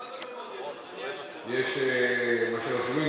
כמה דוברים עוד יש, אדוני היושב-ראש?